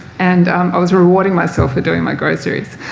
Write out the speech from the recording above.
and i was rewarding myself for doing my groceries.